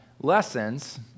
lessons